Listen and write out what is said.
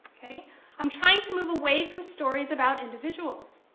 i'm trying to move away from stories about individuals.